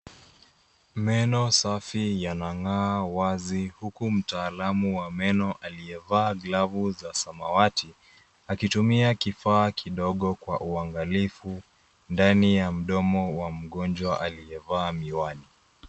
Meno safi yanangaa, huku mtaalamu wa meno aliyevaa glavu za samawati akitumia kifaa kidogo kwa uangalifu ndani ya mdomo wa mgonjwa aliye vaa miwani.